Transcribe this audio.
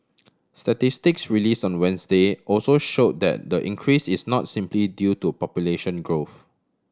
statistics release on Wednesday also show that the increase is not simply due to population growth